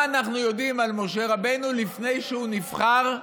מה אנחנו יודעים על משה רבנו לפני שהוא נבחר,